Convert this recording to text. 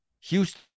Houston